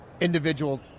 individual